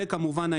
וכמובן,